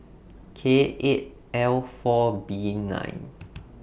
K eight L four B nine